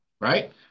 right